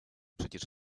przecież